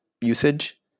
usage